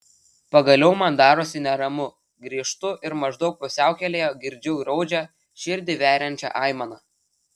pagaliau man darosi neramu grįžtu ir maždaug pusiaukelėje girdžiu graudžią širdį veriančią aimaną